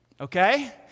Okay